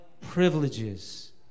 privileges